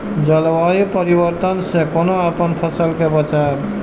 जलवायु परिवर्तन से कोना अपन फसल कै बचायब?